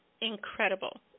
incredible